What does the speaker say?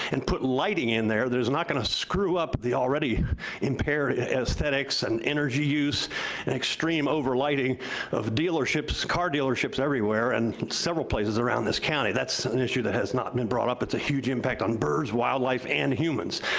and put lighting in there that is not gonna screw up the already impaired aesthetics and energy use and extreme over-lighting of dealerships, car dealerships everywhere, and several places around this county. that's an issue that has not been brought up. it's a huge impact on birds, wildlife, and humans.